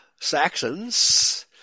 Saxons